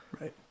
Right